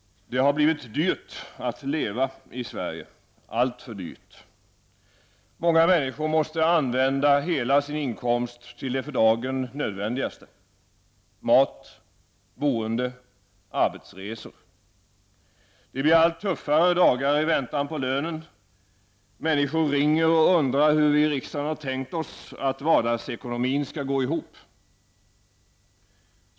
Det har blivit dyrt att leva i Sverige, alltför dyrt. Många människor måste använda hela sin inkomst till det för dagen nödvändigaste: mat, boende, arbetsresor. Det blir allt tuffare dagar i väntan på lönen -- människor ringer och undrar hur vi i riksdagen har tänkt oss att vardagsekonomin skall gå ihop.